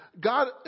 God